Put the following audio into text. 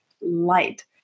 light